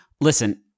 listen